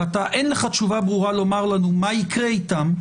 אין לך תשובה ברורה לומר לנו מה יקרה איתם,